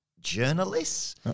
Journalists